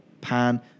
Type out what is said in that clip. pan